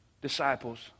disciples